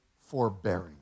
forbearing